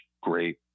great